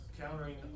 countering